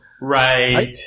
Right